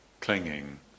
clinging